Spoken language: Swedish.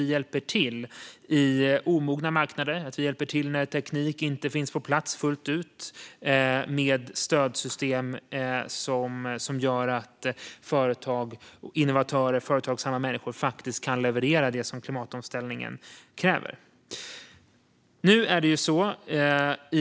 Vi hjälper till på omogna marknader och när teknik inte finns på plats fullt ut med stödsystem som gör att företag och innovatörer faktiskt kan leverera det som klimatomställningen kräver.